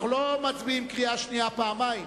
אנחנו לא מצביעים בקריאה שנייה פעמיים.